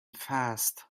fast